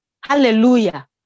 Hallelujah